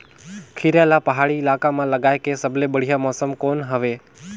खीरा ला पहाड़ी इलाका मां लगाय के सबले बढ़िया मौसम कोन हवे?